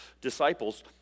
disciples